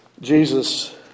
jesus